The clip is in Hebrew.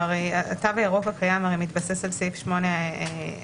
התו הירוק הקיים הרי מתבסס על בסיס סעיף 8א(1),